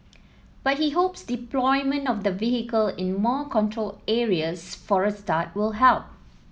but he hopes deployment of the vehicle in more controlled areas for a start will help